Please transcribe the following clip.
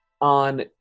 on